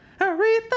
Aretha